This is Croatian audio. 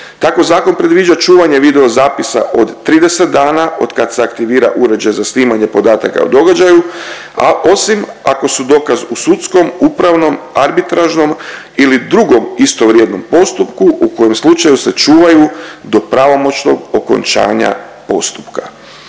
Tako zakon predviđa čuvanje videozapisa od 30 dana od kad se aktivira uređaj za snimanje podataka o događaju, a osim ako su dokaz u sudskom, upravnom, arbitražnom ili drugom istovrijednom postupku u kojem slučaju se čuvaju do pravomoćnog okončanja postupka.